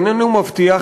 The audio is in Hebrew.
איננו מבטיח,